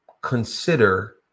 Consider